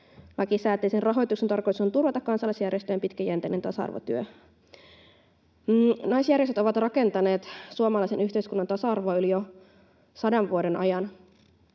Lakisääteisen rahoituksen tarkoitus on turvata kansalaisjärjestöjen pitkäjänteinen tasa-arvotyö. Naisjärjestöt ovat rakentaneet suomalaisen yhteiskunnan tasa-arvoa jo yli 100 vuoden ajan.